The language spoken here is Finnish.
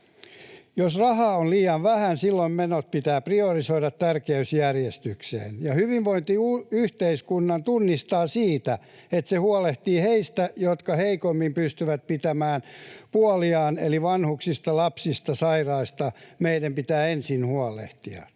Jos rahaa on liian vähän, silloin menot pitää priorisoida tärkeysjärjestykseen. Hyvinvointiyhteiskunnan tunnistaa siitä, että se huolehtii heistä, jotka heikoimmin pystyvät pitämään puoliaan, eli vanhuksista, lapsista ja sairaista meidän pitää ensin huolehtia